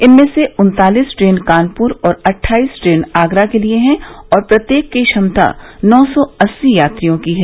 इनमें से उत्तालीस ट्रेन कानपुर और अट्गईस ट्रेन आगरा के लिए हैं और प्रत्येक की क्षमता नौ सौ अस्सी यात्रियों की है